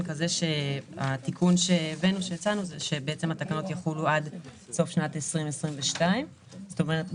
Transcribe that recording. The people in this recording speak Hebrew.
כזה שהתיקון שהצענו זה שהתקנות יחולו עד סוף שנת 2022. זאת אומרת,